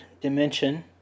dimension